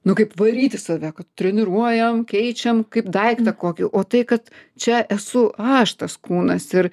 nu kaip varyti save kad treniruojam keičiam kaip daiktą kokį o tai kad čia esu aš tas kūnas ir